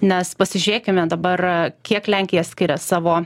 nes pasižiūrėkime dabar kiek lenkija skiria savo